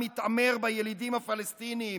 מתעמר בילידים הפלסטינים,